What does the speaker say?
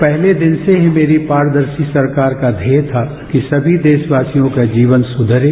पहले दिन से ही मेरी पारदर्शी सरकार का ध्येय था कि सभी देशवासियों का जीवन सुधरे